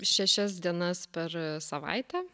šešias dienas per savaitę